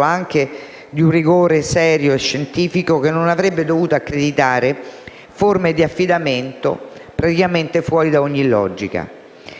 anche di un rigore serio e scientifico che non avrebbe dovuto accreditare forme di affidamento praticamente fuori da ogni logica.